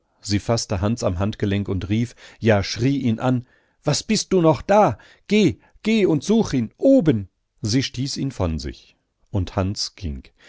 sie faßte hans am handgelenk und rief ja schrie ihn an was bist du noch da geh geh und such ihn oben sie stieß ihn von sich und hans ging